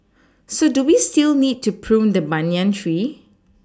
so do we still need to prune the banyan tree